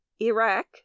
Iraq